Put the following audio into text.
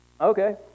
Okay